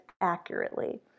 accurately